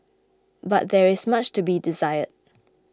but there is much to be desired